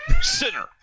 Sinner